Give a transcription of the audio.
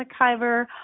McIver